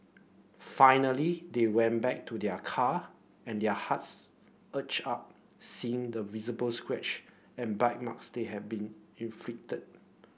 finally they went back to their car and their hearts ached upon seeing the visible scratch and bite marks that had been inflicted